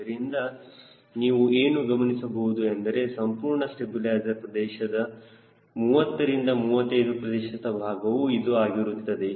ಮತ್ತು ಇದರಿಂದ ನೀವು ಏನು ಗಮನಿಸಬಹುದು ಎಂದರೆ ಸಂಪೂರ್ಣ ಸ್ಟಬಿಲೈಜರ್ ಪ್ರದೇಶದ 30 ರಿಂದ 35 ಪ್ರತಿಶತ ಭಾಗವು ಇದು ಆಗಿರುತ್ತದೆ